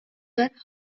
were